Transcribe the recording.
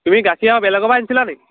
তুমি গাখীৰ আৰু বেলেগ পৰা আনিছিলা নেকি